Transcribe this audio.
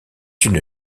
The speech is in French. une